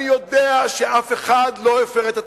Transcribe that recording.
אני יודע שאף אחד לא הפר את התקנון,